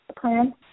Plan